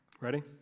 Ready